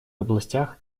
областях